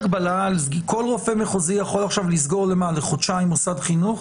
אבל כל רופא מחוזי יכול עכשיו לסגור לחודשיים מוסד חינוך?